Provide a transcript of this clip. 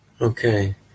Okay